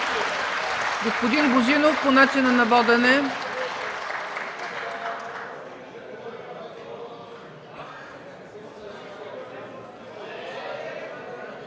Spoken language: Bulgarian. Господин Божинов – по начина на водене.